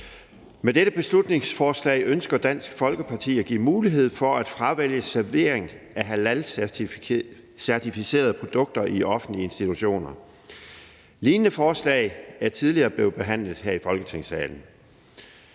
Med dette beslutningsforslag ønsker Dansk Folkeparti at give mulighed for at fravælge servering af halalcertificerede produkter i offentlige institutioner. Lignende forslag er tidligere blevet behandlet her i Folketingssalen.